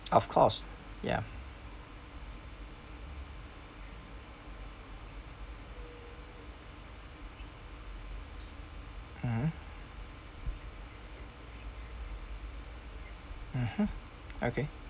of course ya mmhmm mmhmm okay